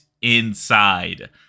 inside